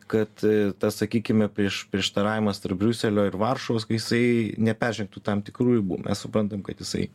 kad tas sakykime prieš prieštaravimas tarp briuselio ir varšuvos kai jisai neperžengtų tam tikrų ribų mes suprantam kad jisai